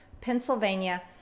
Pennsylvania